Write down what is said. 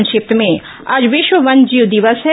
संक्षिप्त समाचार आज विश्व वन्यजीव दिवस है